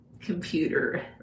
computer